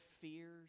fears